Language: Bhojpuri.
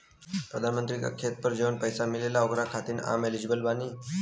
प्रधानमंत्री का खेत पर जवन पैसा मिलेगा ओकरा खातिन आम एलिजिबल बानी?